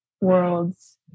worlds